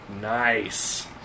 Nice